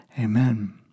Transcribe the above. Amen